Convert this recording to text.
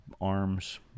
arms